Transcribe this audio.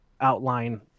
outline